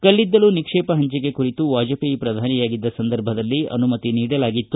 ಕಲ್ಲಿದ್ದಲು ನಿಕ್ಷೇಪ ಹಂಚಿಕೆ ವಾಜಪೇಯ ಪ್ರಧಾನಿಯಾಗಿದ್ದ ಸಂದರ್ಭದಲ್ಲಿ ಅನುಮತಿ ನೀಡಲಾಗಿತ್ತು